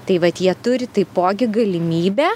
tai vat jie turi taipogi galimybę